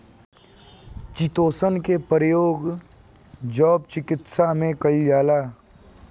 chitosan के प्रयोग जैव चिकित्सा में कईल जाला